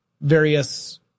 various